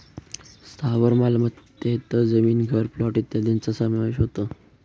स्थावर मालमत्तेत जमीन, घर, प्लॉट इत्यादींचा समावेश होतो